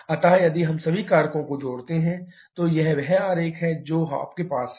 अतः यदि हम सभी कारकों को जोड़ते हैं तो यह वह आरेख है जो आपके पास है